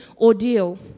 ordeal